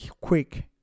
Quick